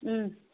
ꯎꯝ